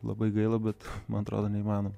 labai gaila bet man atrodo neįmanoma